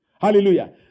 Hallelujah